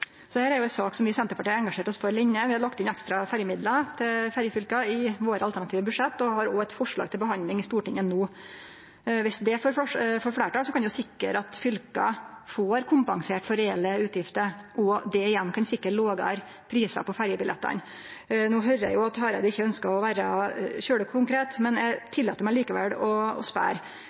er ei sak som vi i Senterpartiet har engasjert oss for lenge. Vi har lagt inn ekstra ferjemidlar til ferjefylka i våre alternative budsjett og har òg eit forslag til behandling i Stortinget no. Dersom det får fleirtal, kan det sikre at fylka får kompensert for reelle utgifter, og det igjen kan sikre lågare prisar på ferjebillettane. No høyrer eg at Hareide ikkje ønskjer å vere veldig konkret, men eg tillèt meg likevel å spørje om statsråden kjem til å